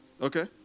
Okay